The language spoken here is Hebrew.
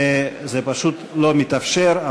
וזה פשוט לא מתאפשר,